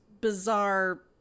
bizarre